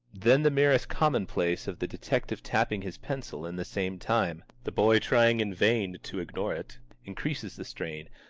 then the merest commonplace of the detective tapping his pencil in the same time the boy trying in vain to ignore it increases the strain,